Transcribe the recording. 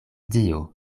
dio